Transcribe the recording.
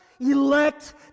elect